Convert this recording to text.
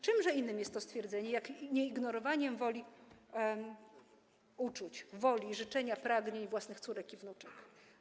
Czymże innym jest to stwierdzenie, jak nie ignorowaniem uczuć, woli, życzenia, pragnień własnych córek i wnuczek?